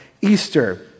Easter